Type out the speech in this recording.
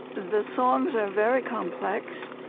the songs are very complex.